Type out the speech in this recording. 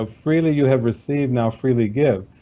ah freely you have received, now freely give,